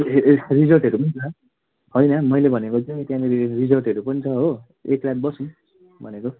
त्यो यस्तो रिजोर्टहरू पनि छ हैन मैले भनेको चाहिँ त्याँनेरि रिजोर्टहरू पनि छ हो एक रात बसौँ भनेको